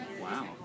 Wow